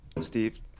Steve